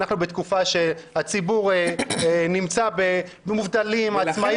אנחנו בתקופה שבציבור מובטלים, עצמאים.